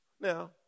Now